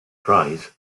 dries